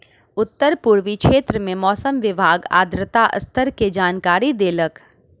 उत्तर पूर्वी क्षेत्र में मौसम विभाग आर्द्रता स्तर के जानकारी देलक